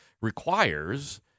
requires –